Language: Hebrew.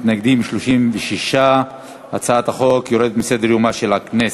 מתנגדים 36. הצעת החוק יורדת מסדר-יומה של הכנסת.